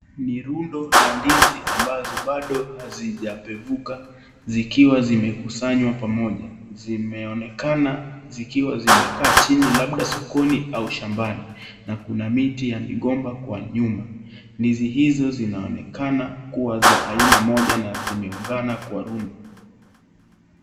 Ni rundo la ndizi ambazo bado hazijapevuka zikiwa zimekusanywa pamoja. Zimeonekana zikiwa zimekaa chini labda sokoni au shambani na kuna miti ya migomba kwa nyuma. Ndizi hizo zinaonekana kuwa za aina moja na zimeungana kwa rundo.